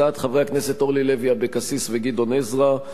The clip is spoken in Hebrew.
הצעת חברי הכנסת אורלי לוי אבקסיס וגדעון עזרא,